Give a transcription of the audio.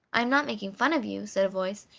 i am not making fun of you, said a voice,